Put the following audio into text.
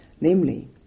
namely